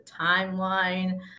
timeline